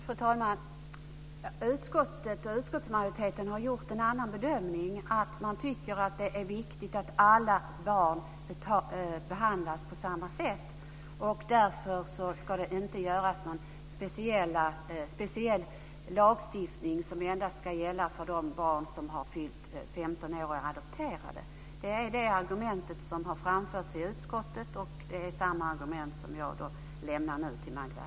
Fru talman! Utskottet och utskottsmajoriteten har gjort en annan bedömning. Man tycker att det är viktigt att alla barn behandlas på samma sätt. Därför ska det inte finnas någon speciell lagstiftning som endast ska gälla för de barn som har fyllt 15 år och är adopterade. Det är det argumentet som har framförts i utskottet, och det är samma argument som jag nu lämnar till Magda Ayoub.